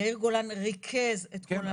יאיר גולן ריכז את כל הנושא.